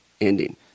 ending